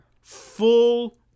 Full